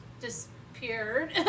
disappeared